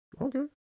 Okay